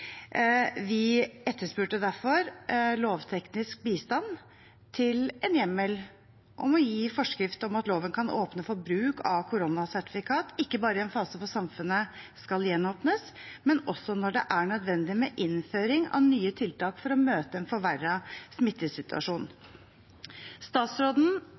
Vi etterspurte derfor lovteknisk bistand til en hjemmel om å gi forskrift om at loven kan åpne for bruk av koronasertifikat, ikke bare i en fase når samfunnet skal gjenåpnes, men også når det er nødvendig med innføring av nye tiltak for å møte en forverret smittesituasjon. Statsråden